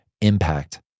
impact